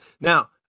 Now